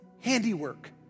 handiwork